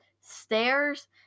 stairs